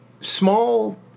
small